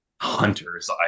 hunters